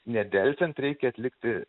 nedelsiant reikia atlikti